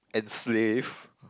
enslave